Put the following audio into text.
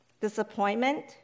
disappointment